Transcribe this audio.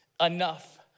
enough